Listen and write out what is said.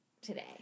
today